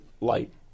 light